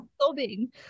sobbing